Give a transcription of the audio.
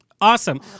Awesome